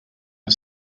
are